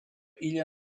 illa